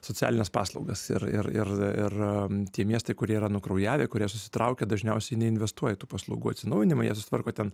socialines paslaugas ir ir ir ir tie miestai kurie yra nukraujavę kurie susitraukę dažniausiai neinvestuoja į tų paslaugų atsinaujinimą jie susitvarko ten